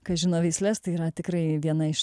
kas žino veisles tai yra tikrai viena iš